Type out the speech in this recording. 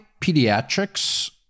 pediatrics